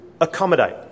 accommodate